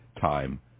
time